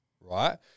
right